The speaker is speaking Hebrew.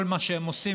כל מה שהם עושים,